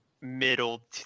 middle